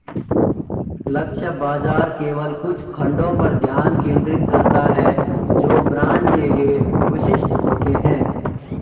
लक्ष्य बाजार केवल कुछ खंडों पर ध्यान केंद्रित करता है जो ब्रांड के लिए विशिष्ट होते हैं